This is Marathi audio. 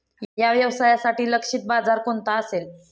या व्यवसायासाठी लक्षित बाजार कोणता असेल?